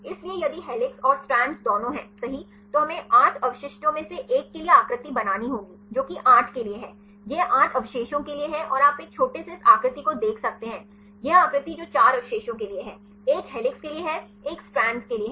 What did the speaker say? इसलिए यदि हेलिक्स और स्ट्रैंड दोनों हैंसही तो हमें 8 अवशिष्टों में से एक के लिए आकृति बनानी होगी जो कि 8 के लिए है यह 8 अवशेषों के लिए है और आप एक छोटे से इस आकृति को देख सकते हैं यह आकृति जो 4 अवशेषों के लिए है एक हेलिक्स के लिए है एक स्ट्रैंड के लिए है